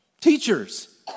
teachers